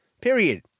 Period